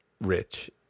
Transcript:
Rich